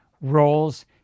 roles